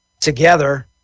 together